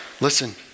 listen